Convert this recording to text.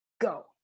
Go